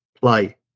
Play